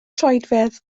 troedfedd